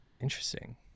interesting